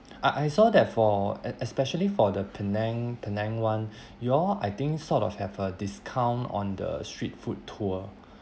I I saw that for es~ especially for the penang penang [one] you all I think sort of have a discount on the street food tour